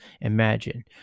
Imagine